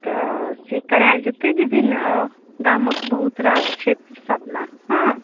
तऽ से कराल जेतए विभिन्न गामके बहुत रास क्षेत्रसभमे हँ